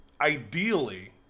ideally